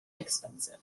expensive